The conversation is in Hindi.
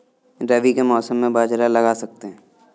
रवि के मौसम में बाजरा लगा सकते हैं?